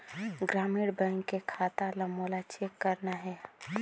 ग्रामीण बैंक के खाता ला मोला चेक करना हे?